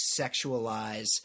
sexualize